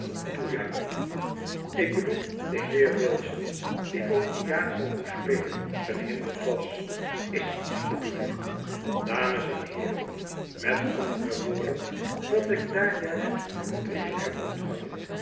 ik bedoel de heer wilson die voor iago moest spelen verhinderd was is bedoel ik dames en heeren met andere woorden dat ik daar juist een briefje heb ontvangen